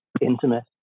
intimate